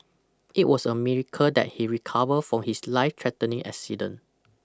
it was a miracle that he recovered from his life threatening accident